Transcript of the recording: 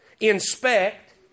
inspect